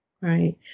right